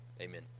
Amen